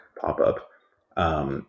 pop-up